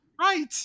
right